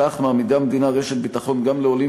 כך מעמידה המדינה רשת ביטחון גם לעולים